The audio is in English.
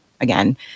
again